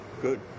Good